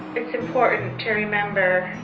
it's important to remember